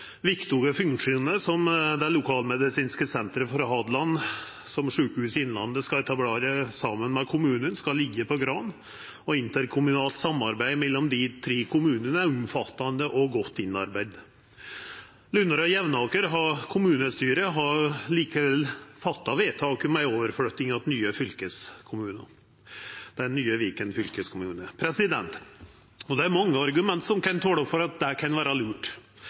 Viktige funksjonar, som det lokalmedisinske senteret for Hadeland, som Sjukehuset Innlandet skal etablera saman med kommunen, skal liggja på Gran, og det interkommunale samarbeidet mellom dei tre kommunane er omfattande og godt innarbeidd. Lunner kommunestyre og Jevnaker kommunestyre har likevel fatta vedtak om ei overflytting til nye Viken fylkeskommune. Det er mange argument som kan tala for at det kan vera lurt.